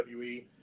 WWE